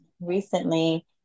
recently